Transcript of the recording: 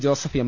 Joseph M